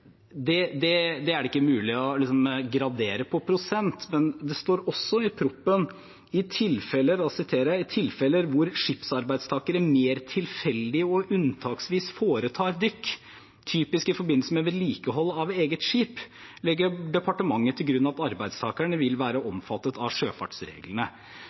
Det er det ikke mulig å gradere på prosent. Men det står også i proposisjonen: «I tilfeller hvor skipsarbeidstakere mer tilfeldig og unntaksvis foretar dykk, typisk i forbindelse med vedlikehold av eget skip, legger departementet til grunn at arbeidstakerne vil være omfattet av sjøfartsreglene.»